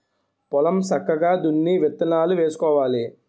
పొలం సక్కగా దున్ని విత్తనాలు వేసుకోవాలి